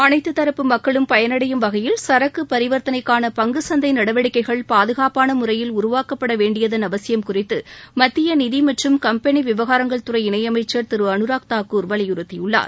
அனைத்து தரப்பு மக்களும் பயனடையும் வகையில் சரக்கு பரிவர்த்தனைக்கான பங்குசந்தை நடவடிக்கைகள் பாதுகாப்பான முறையில் உருவாக்கப்படவேண்டியதன் அவசியம் குறித்து மத்திய நிதி மற்றும் கும்பெனி விவகாரங்கள் துறை இணையமைச்சர் திரு அனுராக் தாக்கூர் வலியுறுத்தியுள்ளார்